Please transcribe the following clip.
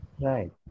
Right